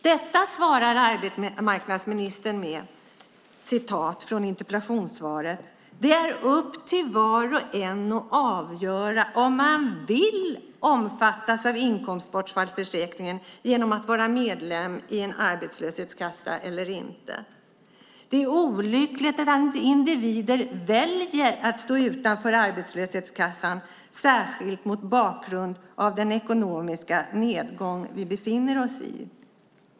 Detta kommenterar arbetsmarknadsministern med - jag citerar från interpellationssvaret: "Det är därför upp till var och en att avgöra om man vill omfattas av inkomstbortfallsförsäkringen genom att vara medlem i en arbetslöshetskassa eller inte. Det är olyckligt att individer väljer att stå utanför arbetslöshetskassan, särskilt mot bakgrund av den ekonomiska nedgång vi befinner oss i."